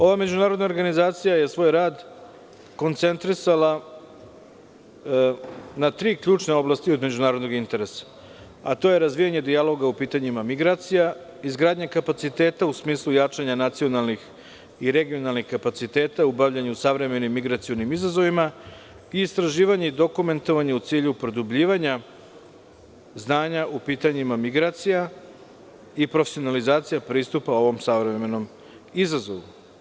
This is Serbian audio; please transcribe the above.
Ova međunarodna organizacija je svoj rad koncentrisala na tri ključne oblasti od međunarodnog interesa, a to su: razvijanje dijaloga u pitanjima migracija, izgradnje kapaciteta u smislu jačanja nacionalnih i regionalnih kapaciteta u bavljenju savremenim migracionim izazovima i istraživanje i dokumentovanje u cilju produbljivanja znanja u pitanjima migracija i profesionalizacija pristupa ovom savremenom izazovu.